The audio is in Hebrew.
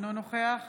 אינו נוכח